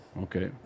okay